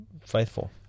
faithful